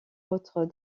autres